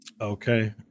Okay